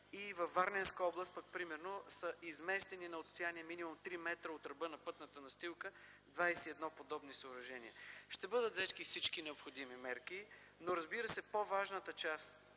и във Варненска област пък примерно са изместени на отстояние минимум 3 м от ръба на пътната настилка 21 подобни съоръжения. Ще бъдат взети всички необходими мерки, но разбира се, по-важната част